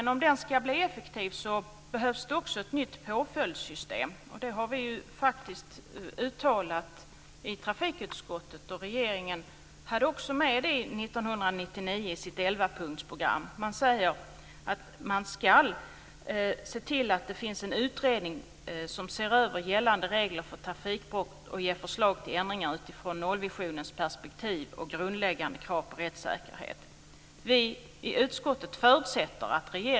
Det har vi uttalat i trafikutskottet, och regeringen hade också med det i sitt 11-punktsprogram 1999. Man säger att man ska se till att det finns en utredning som ser över gällande regler för trafikbrott och ger förslag till ändringar utifrån nollvisionens perspektiv och grundläggande krav på rättssäkerhet.